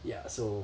ya so